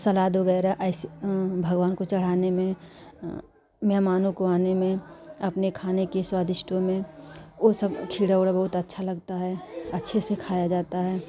सलाद वगैरह ऐसे भगवान को चढ़ाने में मेहमानों को आने में अपने खाने की स्वादिष्टों में वह सब खीरा उरा बहुत अच्छा लगता है अच्छे से खाया जाता है